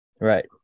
Right